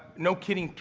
no kidding,